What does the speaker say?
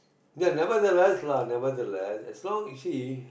ya nevertheless lah nevertheless as long you see